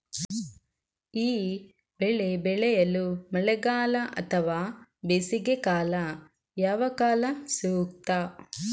ಈ ಬೆಳೆ ಬೆಳೆಯಲು ಮಳೆಗಾಲ ಅಥವಾ ಬೇಸಿಗೆಕಾಲ ಯಾವ ಕಾಲ ಸೂಕ್ತ?